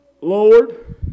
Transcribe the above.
Lord